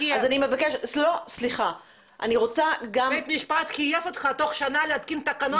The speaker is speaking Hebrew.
אני רוצה גם --- בית המשפט חייב אותך תוך שנה להתקין תקנות